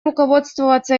руководствоваться